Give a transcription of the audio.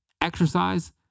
exercise